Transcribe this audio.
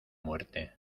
muerte